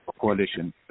Coalition